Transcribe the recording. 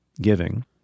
giving